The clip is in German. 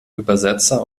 übersetzer